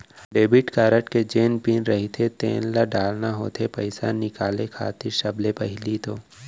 debit card के जेन pin रहिथे तेन ल डालना होथे पइसा निकाले खातिर सबले पहिली तो